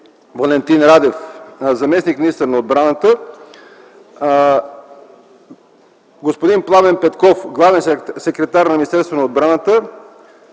Валентин Радев – заместник-министър на отбраната, господин Пламен Петков – главен секретар на Министерството на отбраната,